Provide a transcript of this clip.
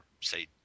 say